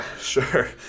Sure